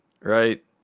right